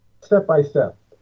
step-by-step